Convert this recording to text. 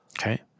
Okay